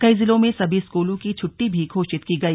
कई जिलों में सभी स्कूलों की छट्टी भी घोषित की गई